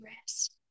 rest